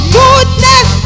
goodness